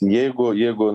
jeigu jeigu